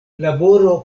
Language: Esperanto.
laboro